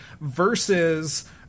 versus